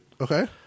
Okay